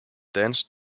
dance